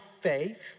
faith